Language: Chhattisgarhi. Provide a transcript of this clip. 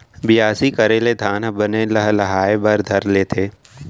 बियासी करे ले धान ह बने लहलहाये बर धर लेथे